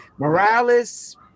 Morales